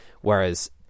whereas